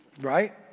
Right